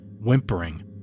whimpering